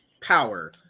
power